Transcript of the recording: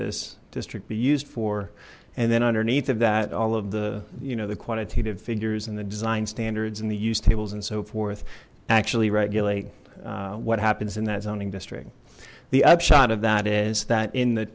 this district be used for and then underneath of that all of the you know the quantitative figures and the design standards and the use tables and so forth actually regulate what happens in that zoning district the upshot of that is that in the